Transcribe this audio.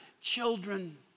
children